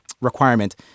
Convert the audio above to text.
requirement